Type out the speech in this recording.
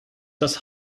das